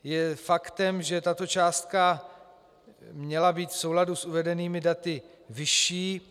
Je faktem, že tato částka měla být v souladu s uvedenými daty vyšší.